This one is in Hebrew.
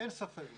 אין ספק בכך.